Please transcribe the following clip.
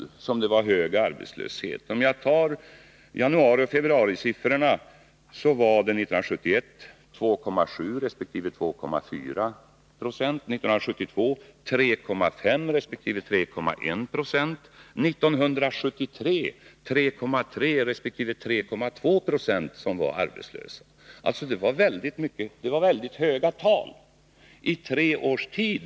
Låt oss se hur hög arbetslösheten var under månaderna januari och februari åren 1971-1973. År 1971 var den 2,7 resp. 2,4 90. 1972 var den 3,5 resp. 3,1 20, och 1973 låg den på 3,3 resp. 3,2 70. Det 83 var höga arbetslöshetstal i tre års tid.